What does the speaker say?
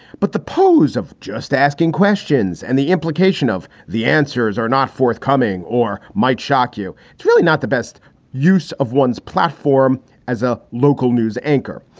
but the pose of just asking questions and the implication of the answers are not forthcoming or might shock you. it's really not the best use of one's platform as a local news anchor,